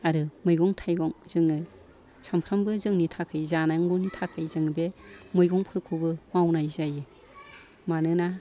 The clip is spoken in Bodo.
आरो मैगं थाइगं जोङो सानफ्रामबो जोंनि थाखाय जानांगौनि थाखाय जों बे मैगंफोरखौबो मावनाय जायो मानोना